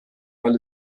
weil